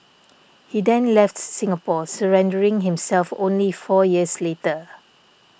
he then left Singapore surrendering himself only four years later